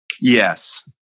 Yes